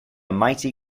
mighty